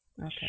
okay